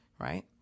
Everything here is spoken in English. right